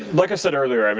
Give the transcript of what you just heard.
like i said earlier, um